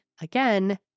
again